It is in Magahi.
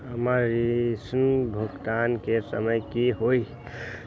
हमर ऋण भुगतान के समय कि होई?